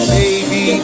Baby